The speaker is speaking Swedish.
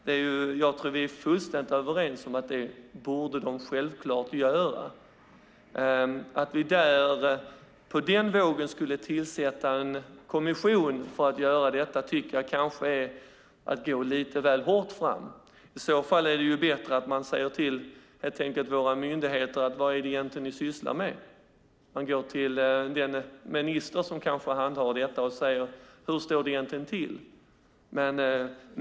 Jag tror att vi är fullständigt överens om att de självklart borde göra det. Att vi skulle tillsätta en kommission för att göra detta tycker jag kanske är att gå lite väl hårt fram. I så fall är det bättre att man helt enkelt säger till våra myndigheter: Vad är det ni egentligen sysslar med? Man går till den minister som kanske handhar detta och säger: Hur står det egentligen till?